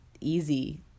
easy